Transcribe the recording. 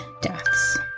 deaths